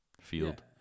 field